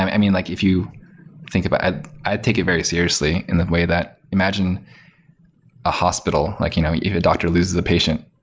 and i mean, like if you think about i'd i'd take it very seriously in the way that imagine a hospital, like you know if a doctor loses a patient.